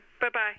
Bye-bye